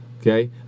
okay